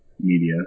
media